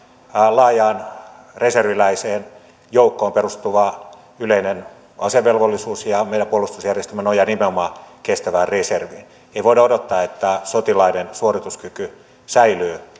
laajaan reserviläisten joukkoon perustuva yleinen asevelvollisuus ja meidän puolustusjärjestelmämme nojaa nimenomaan kestävään reserviin ei voida odottaa että sotilaiden suorituskyky säilyy